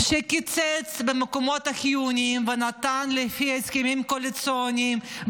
שקיצץ במקומות החיוניים ונתן לפי הסכמים קואליציוניים,